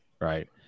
right